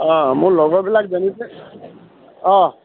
অঁ মোৰ লগৰবিলাক যেনেকে অঁ